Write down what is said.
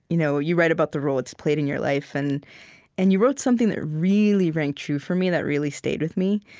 you know you write about the role it's played in your life. and and you wrote something that really rang true for me, that really stayed with me,